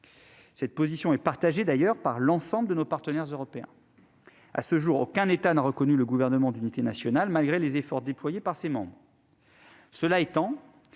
Cette position est d'ailleurs partagée par l'ensemble de nos partenaires européens. À ce jour, aucun État n'a reconnu le gouvernement d'unité nationale, malgré les efforts déployés par ses membres. Cela étant,